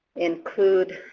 include